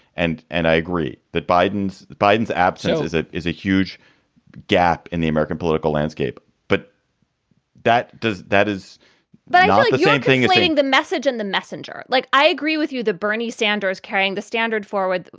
and and i agree that biden's biden's absence is it is a huge gap in the american political landscape but that does that is by not same thing as getting the message and the messenger like i agree with you, the bernie sanders carrying the standard forward.